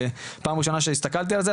פעם ראשונה שהסתכלתי על זה,